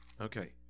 Okay